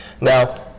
now